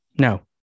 no